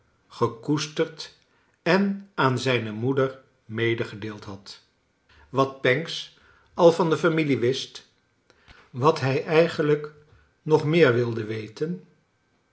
gekoesterd en aan zijne moeder medegedeeld had wat pancks al van de familie wist wat hij eigenlijk nog meer wilde weten